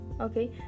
okay